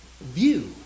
view